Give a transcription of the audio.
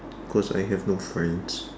cause I have no friends